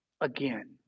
again